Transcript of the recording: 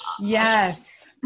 Yes